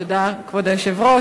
כבוד היושב-ראש,